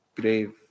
grave